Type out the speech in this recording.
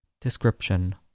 Description